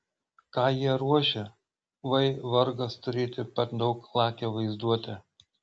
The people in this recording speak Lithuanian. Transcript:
ką jie ruošia vai vargas turėti per daug lakią vaizduotę